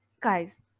guys